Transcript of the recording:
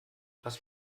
was